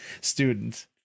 student